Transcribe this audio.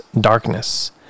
darkness